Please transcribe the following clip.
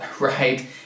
right